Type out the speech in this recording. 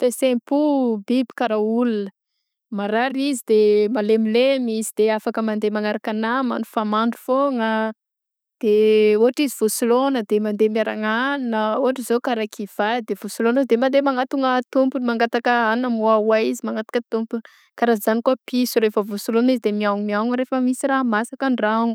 Fiheseham-po biby karaha olona, marary izy de malemilemy izy sy de afaka mandeha magnaraka ny namany fa mandry foagna de ôhatra izy voa silôgna de mandeha miaragna hanina ôhatra zao karaha kivà de vao soloagna de mandeha manantogna tompony mangataka hanina mo-oaoa izy magnataka tompony; karaha zagny koa piso rehefa voa solaogno izy de mi-aoao rehefa misy raha masaka an_dragno.